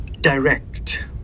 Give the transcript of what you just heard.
direct